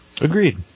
Agreed